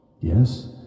Yes